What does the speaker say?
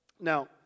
Now